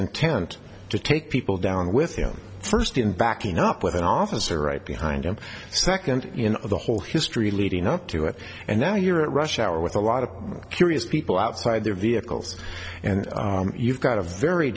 intent to take people down with you know first in backing up with an officer right behind him second you know the whole history leading up to it and now you're at rush hour with a lie curious people outside their vehicles and you've got a very